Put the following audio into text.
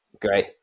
Great